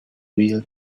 real